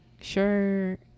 sure